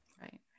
Right